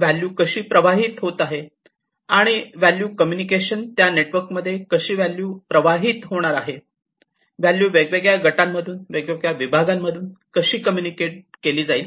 किंवा customer community मध्ये value कशी प्रवाहित होत आहे आणि व्हॅल्यू कम्युनिकेशन त्या नेटवर्कमध्ये कशी व्हॅल्यू कशी प्रवाहित होणार आहे व्हॅल्यू वेगवेगळ्या गटांमधून वेगवेगळ्या विभागांमधून कसे कम्युनिकेट केली जाईल